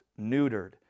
neutered